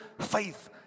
faith